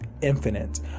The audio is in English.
infinite